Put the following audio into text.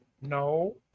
No